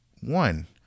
One